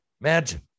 Imagine